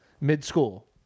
mid-school